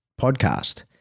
podcast